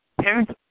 parents